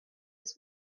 its